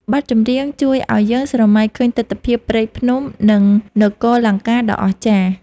បទចម្រៀងជួយឱ្យយើងស្រមៃឃើញទិដ្ឋភាពព្រៃភ្នំ និងនគរលង្កាដ៏អស្ចារ្យ។